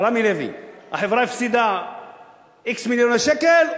"רמי לוי" החברה הפסידה x מיליוני שקל,